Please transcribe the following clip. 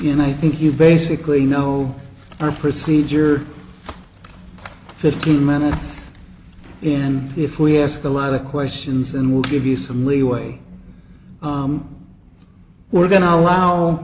in i think you basically know our procedure fifteen minutes in if we ask a lot of questions and we'll give you some leeway we're going to allow